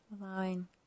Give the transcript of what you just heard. allowing